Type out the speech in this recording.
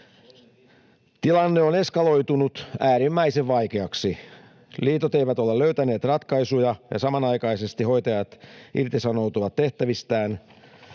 Tilanne on eskaloitunut äärimmäisen vaikeaksi. Liitot eivät ole löytäneet ratkaisuja, ja samanaikaisesti hoitajat irtisanoutuvat tehtävistään,